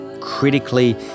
critically